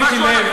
שמתי לב,